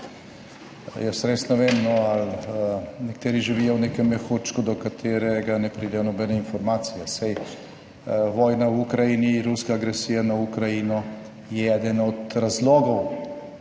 jaz res ne vem no, ali nekateri živijo v nekem mehurčku, do katerega ne pridejo nobene informacije. Saj vojna v Ukrajini, ruska agresija na Ukrajino je eden od razlogov.